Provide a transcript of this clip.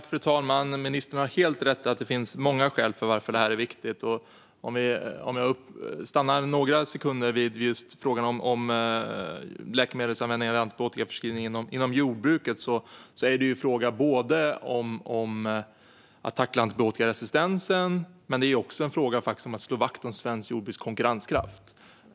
Fru talman! Ministern har helt rätt i att det finns många skäl till att detta är viktigt. Jag vill stanna några sekunder vid frågan om läkemedelsanvändningen och antibiotikaförskrivningen inom jordbruket. Det är fråga både om att tackla antibiotikaresistensen och om att slå vakt om det svenska jordbrukets konkurrenskraft.